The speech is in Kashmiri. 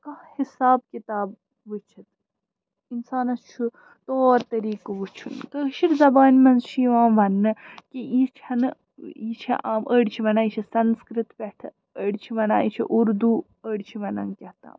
کانٛہہ حِساب کِتاب وُچھِتھ اِنسانَس چھُ طور طریٖقہٕ وُچھُن کٲشِر زبانہِ منٛز چھُ یِوان وَننہٕ کہِ یہِ چھَنہٕ یہِ چھِ ٲں أڑۍ چھِ ونان یہِ چھِ سَنسکرت پٮ۪ٹھہٕ أڑۍ چھِ ونان یہِ چھِ اُردو أڑۍ چھِ وَنان کیٛہتام